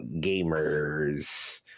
gamers